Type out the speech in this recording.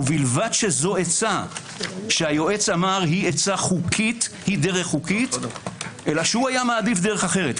ובלבד שזו עצה שהיועץ אמר: היא דרך חוקית אלא שהוא היה מעדיף דרך אחרת.